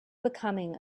becoming